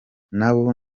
nabo